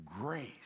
grace